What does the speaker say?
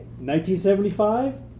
1975